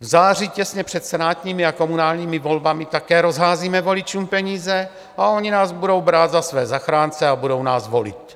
V září těsně před senátními a komunálními volbami také rozházíme voličům peníze a oni nás budou brát za své zachránce a budou nás volit.